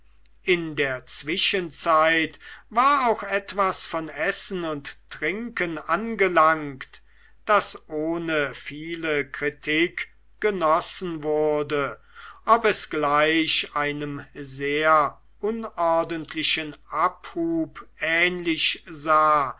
in der zwischenzeit war auch etwas von essen und trinken angelangt das ohne viel kritik genossen wurde ob es gleich einem sehr unordentlichen abhub ähnlich sah